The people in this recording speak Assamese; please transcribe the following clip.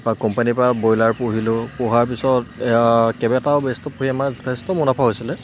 তাৰপা কোম্পানীৰ পৰা ব্ৰইলাৰ পুহিলোঁ পোহাৰ পিছত কেবাটাও বেষ্ট পুহি আমাৰ যথেষ্ট মুনাফা হৈছিলে